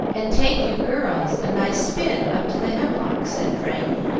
and take you girls a nice spin up to the hemlocks, said frank,